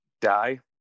die